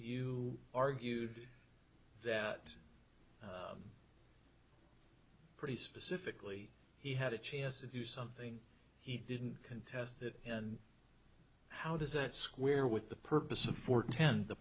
you argued that pretty specifically he had a chance to do something he didn't contest that and how does it square with the purpose of for ten the